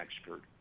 expert